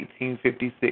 1856